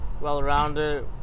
well-rounded